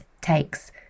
takes